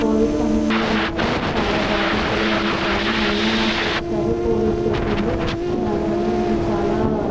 Covid సమయంలో మాత్రం చాలా జాగ్రత్తలు వహించాము అయినా నాకు ఒకసారి కోవిడ్ సోకింది దానివల్ల నేను చాలా